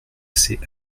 assez